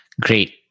Great